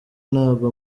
ntabwo